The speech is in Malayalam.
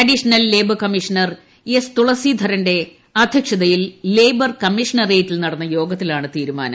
അഡീഷണൽ ലേബർ കമ്മീഷണർ എസ് തുളസീധരന്റെ അധ്യക്ഷതയിൽ ലേബർ കമ്മീഷണറേറ്റിൽ നടന്ന യോഗത്തിലാണ് തീരുമാനം